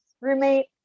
roommate